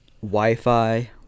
Wi-Fi